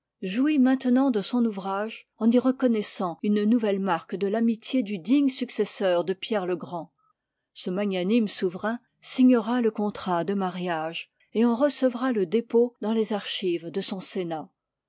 jouit maintenant de son ouvrage en y reconnoissant une nouvelle marque de tamitié du digne successeur de pierre legrand ce magnanime souverain signera le contrat de mariage et en recevra le dépôt dans les archives de son sénat